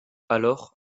alors